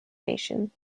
nation